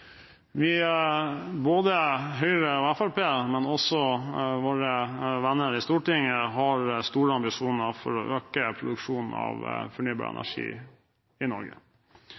Vi, både Høyre og Fremskrittspartiet, men også våre venner i Stortinget, har store ambisjoner om å øke produksjonen av fornybar energi i Norge.